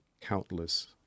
countless